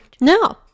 no